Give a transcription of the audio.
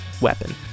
weapon